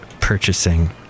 purchasing